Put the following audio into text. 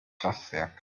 kraftwerk